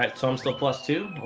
right, so i'm still plus two